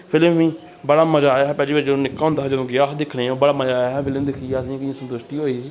film ही बड़ा मज़ा आया हा पैह्ली बारी जदूं निक्का होंदा हा जदूं गेआ हा दिक्खने ई ओह् बड़ा मज़ा आया हा विलन दिक्खियै असें गी संतुश्टी होई ही